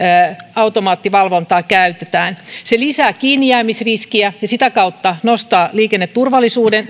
automaattivalvontaa käytetään se lisää kiinnijäämisriskiä ja sitä kautta nostaa liikenneturvallisuuden